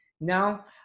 now